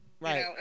Right